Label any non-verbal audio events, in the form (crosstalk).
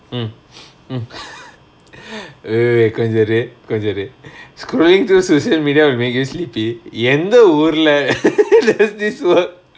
mm mm (laughs) கொஞ்சோ இரு கொஞ்சோ இரு:konjo iru konjo iru scrolling through social media will make you sleepy எந்த ஊர்ல:entha oorla (laughs) does this work